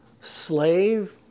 slave